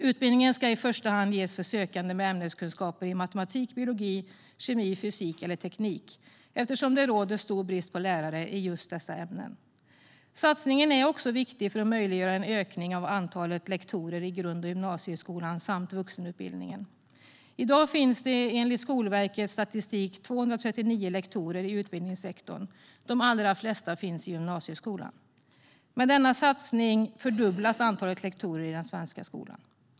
Utbildningen ska i första hand ges för sökande med ämneskunskaper i matematik, biologi, kemi, fysik eller teknik eftersom det råder stor brist på lärare i just dessa ämnen. Satsningen är också viktig för att möjliggöra en ökning av antalet lektorer i grund och gymnasieskolan samt vuxenutbildningen. I dag finns det enligt Skolverkets statistik 239 lektorer i utbildningssektorn, de allra flesta i gymnasieskolan. Med denna satsning fördubblas antalet lektorer i den svenska skolan.